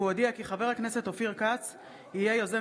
הוא הודיע כי חבר הכנסת אופיר כץ יהיה יוזם